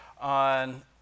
on